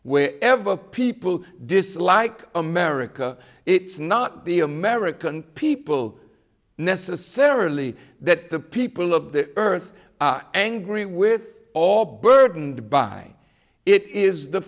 wherever people dislike america it's not the american people necessarily that the people of the earth are angry with all burdened by it is the